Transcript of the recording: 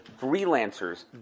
freelancers